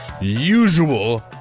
usual